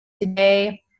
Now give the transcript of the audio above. today